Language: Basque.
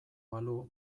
balu